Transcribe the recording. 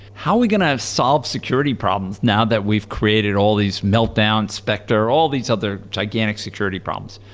how are we going to have solved security problems now that we've created all these meltdown specter, all these other gigantic security problems?